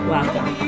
Welcome